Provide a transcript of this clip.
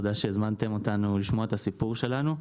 תודה שהזמנתם אותנו לשמוע את הסיפור שלנו.